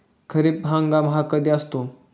खरीप हंगाम हा कधी असतो?